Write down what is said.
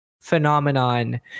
phenomenon